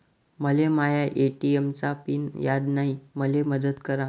मले माया ए.टी.एम चा पिन याद नायी, मले मदत करा